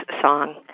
song